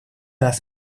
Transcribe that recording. нас